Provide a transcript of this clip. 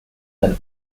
than